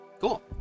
cool